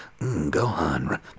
Gohan